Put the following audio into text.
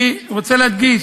אני רוצה להדגיש,